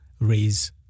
raise